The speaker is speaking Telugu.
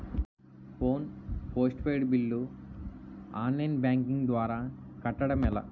Phone postpaid bill online banking ద్వారా కట్టడం ఎలా?